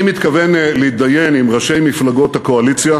אני מתכוון להתדיין עם ראשי מפלגות הקואליציה